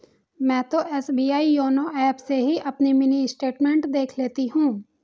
मैं तो S B I YONO app से ही अपनी मिनी स्टेटमेंट देख लेती हूँ